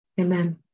Amen